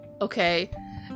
okay